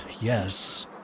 Yes